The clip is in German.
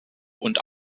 und